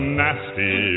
nasty